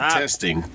testing